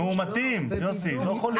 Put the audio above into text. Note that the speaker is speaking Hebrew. מאומתים יוסי, לא חולים.